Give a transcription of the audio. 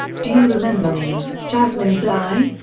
do you remember me, jasmine bligh?